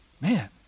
man